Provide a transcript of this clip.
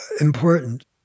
important